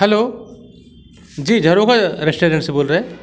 hello जी Jharokha restaurant से बोल रहे हैँ